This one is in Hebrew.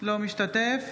אינו משתתף